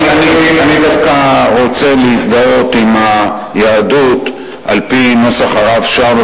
אני דווקא רוצה להזדהות עם היהדות על-פי נוסח הרב שרלו,